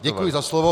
Děkuji za slovo.